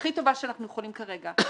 הכי טובה שאנחנו יכולים כרגע לייצר.